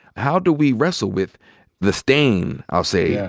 how do we wrestle with the stain, i'll say, yeah